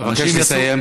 אבקש לסיים.